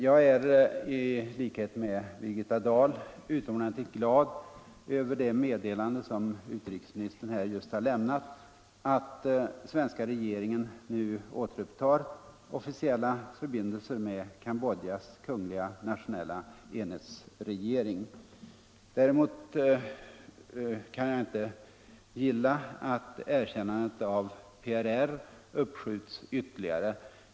Jag är i likhet med Birgitta Dahl utomordentligt glad över det meddelande som utrikesministern här har lämnat att svenska regeringen nu återupptar de officiella förbindelserna med Cambodjas kungliga nationella enhetsregering. Däremot kan jag inte gilla att erkännandet av PRR uppskjuts ytterligare.